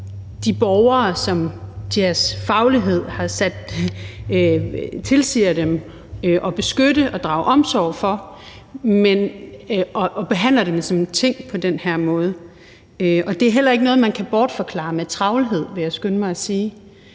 de borgere, som deres faglighed tilsiger dem at beskytte og drage omsorg for, som ting. Og det er heller ikke noget, man kan bortforklare med travlhed, vil jeg skynde mig at sige.